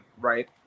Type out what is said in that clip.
right—